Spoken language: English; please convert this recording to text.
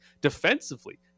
defensively